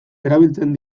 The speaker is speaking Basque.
erabiltzen